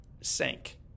sank